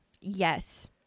Yes